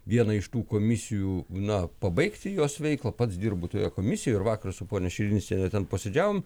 vieną iš tų komisijų na pabaigti jos veiklą pats dirbu toje komisijoje ir vakar su ponia širinskiene ten posėdžiavom